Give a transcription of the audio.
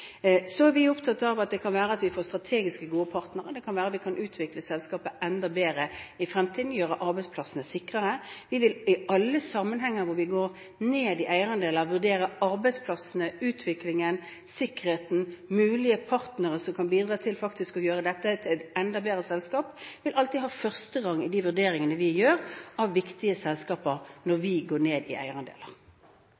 er opptatt av at det kan være at vi får strategiske, gode partnere, det kan være vi kan utvikle selskapet enda bedre i fremtiden, gjøre arbeidsplassene sikrere. Vi vil i alle sammenhenger hvor vi går ned i eierandeler, vurdere arbeidsplassene, utviklingen, sikkerheten. Mulige partnere som kan bidra til faktisk å gjøre dette til et enda bedre selskap, vil alltid ha første rang i de vurderingene vi gjør av viktige selskaper når